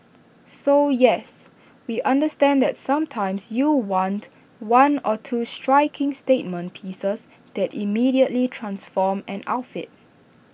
so yes we understand that sometimes you want one or two striking statement pieces that immediately transform an outfit